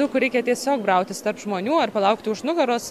daug kur reikia tiesiog brautis tarp žmonių ar palaukti už nugaros